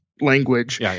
language